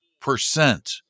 percent